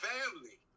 Family